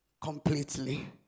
completely